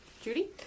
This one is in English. Judy